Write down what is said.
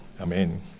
Amen